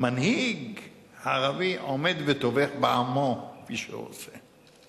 מנהיג ערבי עומד וטובח בעמו, כפי שהוא עושה?